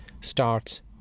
starts